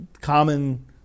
common